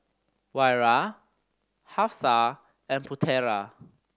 Wira Hafsa and Putera